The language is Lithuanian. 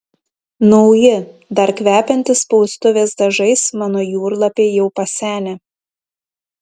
nauji dar kvepiantys spaustuvės dažais mano jūrlapiai jau pasenę